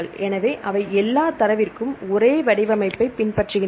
எனவே அவை எல்லா தரவிற்கும் ஒரே வடிவமைப்பைப் பின்பற்றுகின்றன